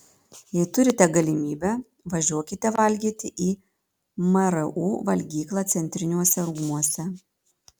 jei turite galimybę važiuokite valgyti į mru valgyklą centriniuose rūmuose